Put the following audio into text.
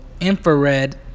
infrared